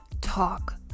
talk